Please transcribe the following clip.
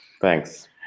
Thanks